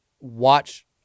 watch